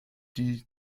die